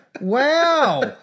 wow